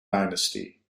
dynasty